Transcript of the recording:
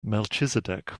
melchizedek